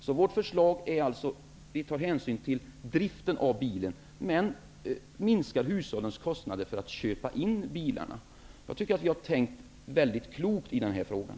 I vårt förslag tar vi hänsyn till driften av bilen, men minskar hushållens kostnad för att köpa in bilarna. Jag tycker att vi har tänkt mycket klokt i den här frågan.